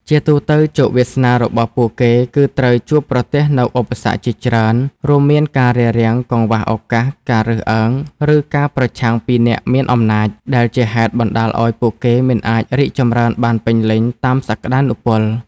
ជាទូទៅ ជោគវាសនារបស់ពួកគេគឺត្រូវជួបប្រទះនូវឧបសគ្គជាច្រើន រួមមានការរារាំង កង្វះឱកាស ការរើសអើង ឬការប្រឆាំងពីអ្នកមានអំណាច ដែលជាហេតុបណ្តាលឲ្យពួកគេមិនអាចរីកចម្រើនបានពេញលេញតាមសក្ដានុពល។